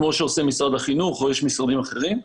כמו שעושה משרד החינוך או משרדים אחרים.